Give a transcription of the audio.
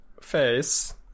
Face